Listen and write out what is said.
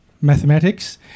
mathematics